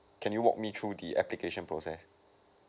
can you walk me through the application process